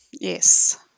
yes